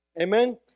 Amen